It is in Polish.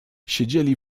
siedzieli